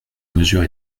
mesure